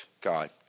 God